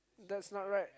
that's not right